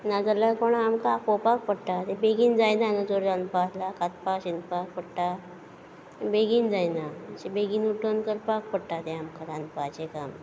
नाजाल्या कोणा आमकां आपोवपा पडटा बेगीन जायना न्हू चड रांदपा आसल्या कातपा शिंनपा पडटा बेगीन जायना मातशें बेगीन उठून करपा पडटा तें आमकां रांदपाचें काम